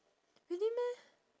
really meh